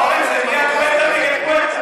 אורן, זה נהיה גואטה נגד גואטה.